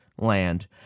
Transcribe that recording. land